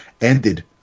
ended